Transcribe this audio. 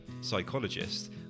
psychologist